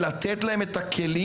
ולתת להם את הכלים,